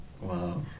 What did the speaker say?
Wow